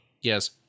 Yes